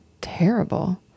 terrible